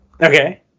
Okay